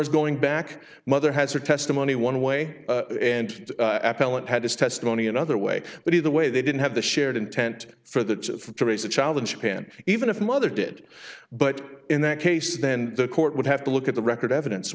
as going back mother has her testimony one way and appellant had his testimony another way but either way they didn't have the shared intent for that to raise a child in japan even if the mother did but in that case then the court would have to look at the record evidence